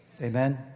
Amen